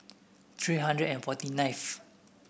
three hundred and forty ninth